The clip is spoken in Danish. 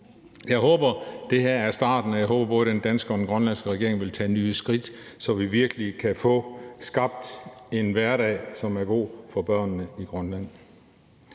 Jeg håber, det her er starten, og jeg håber, at både den danske og den grønlandske regering vil tage nye skridt, så vi virkelig kan få skabt en hverdag, som er god for børnene i Grønland.